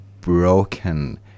broken